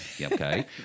okay